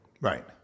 Right